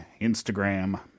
Instagram